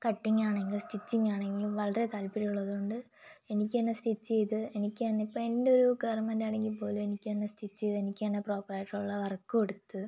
കട്ടിംഗാണെങ്കിലും സ്റ്റിച്ചിങ്ങാണെങ്കിലും വളരെ താൽപ്പര്യം ഉള്ളതുകൊണ്ട് എനിക്കുതന്നെ സ്റ്റിച്ച് ചെയ്ത് എനിക്കുതന്നെ ഇപ്പോൾ എൻ്റെയൊരു ഗാർമെൻ്റാണെങ്കിൽപ്പോലും എനിക്കുതന്നെ സ്റ്റിച്ച് ചെയ്ത് എനിക്കുതന്നെ പ്രോപ്പറായിട്ടുള്ള വർക്ക് കൊടുത്ത്